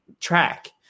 track